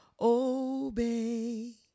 obey